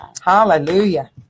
Hallelujah